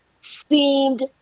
seemed